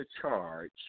charge